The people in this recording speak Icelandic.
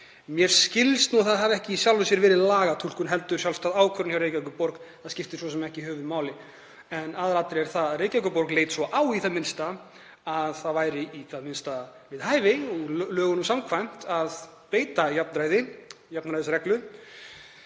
Mér skilst að það hafi ekki í sjálfu sér verið lagatúlkun heldur sjálfstæð ákvörðun hjá Reykjavíkurborg, það skiptir svo sem ekki höfuðmáli. En aðalatriðið er að Reykjavíkurborg leit svo á að það væri í það minnsta við hæfi lögum samkvæmt að beita jafnræðisreglu